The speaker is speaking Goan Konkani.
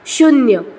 शुन्य